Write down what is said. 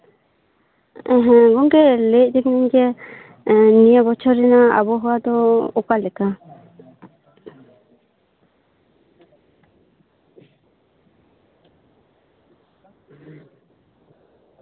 ᱮᱸᱦᱮ ᱜᱚᱝᱠᱮ ᱞᱟᱹᱭᱮᱜ ᱛᱟᱦᱮᱸ ᱠᱟᱱᱤᱧ ᱡᱮ ᱱᱤᱭᱟᱹ ᱵᱚᱪᱷᱚᱨ ᱨᱮᱭᱟᱜ ᱟᱵᱚᱦᱟᱣᱟ ᱫᱚ ᱚᱠᱟᱞᱮᱠᱟ